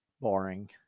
Boring